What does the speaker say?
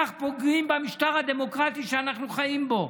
כך פוגעים במשטר הדמוקרטי שאנחנו חיים בו,